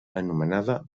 anomenada